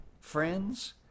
friends